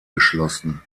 geschlossen